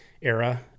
era